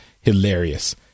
hilarious